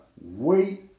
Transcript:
wait